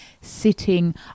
sitting